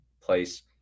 place